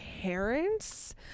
parents